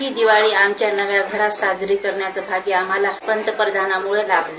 ही दिवाळी आमच्या नव्या घरात साजरी करण्याचं भाग्य आम्हाला पंतप्रधानांमुळे लाभलं